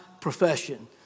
profession